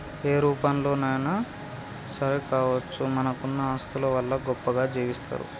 ఏ రూపంలోనైనా సరే కావచ్చు మనకున్న ఆస్తుల వల్ల గొప్పగా జీవిస్తరు